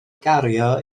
gario